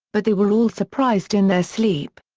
but they were all surprised in their sleep.